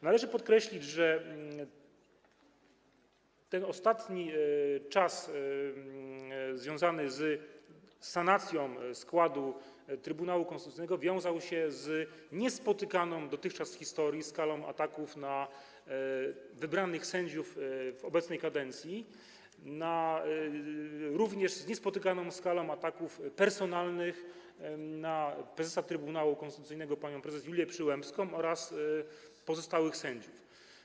Należy podkreślić, że ten ostatni czas, czas dokonywania sanacji składu Trybunału Konstytucyjnego, wiązał się z niespotykaną dotychczas w historii skalą ataków na sędziów wybranych w obecnej kadencji, również z niespotykaną skalą ataków personalnych na prezesa Trybunału Konstytucyjnego - panią prezes Julię Przyłębską oraz pozostałych sędziów.